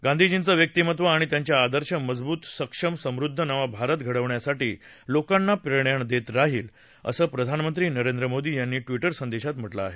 गांधीर्जींचं व्यक्तीमत्व आणि त्यांचे आदर्श मजबूत सक्षम आणि समृद्ध नवा भारत घडवण्यासाठी लोकांना प्रेरणा देत राहतील असं प्रधानमंत्री नरेंद्र मोदी यांनी म्हटलं आहे